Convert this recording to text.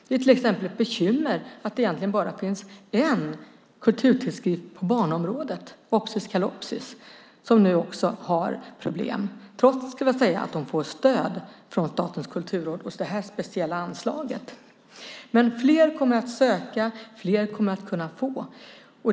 Det är till exempel ett bekymmer att det bara finns en kulturtidskrift på barnområdet - Opsis Kalopsis. Den har nu också problem, trots att den får stöd från Statens kulturråd med det här speciella anslaget. Fler kommer att söka och fler kommer att kunna få stöd.